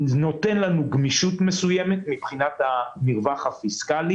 נותן לנו גמישות מסוימת מבחינת המרווח הפיסקלי